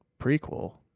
prequel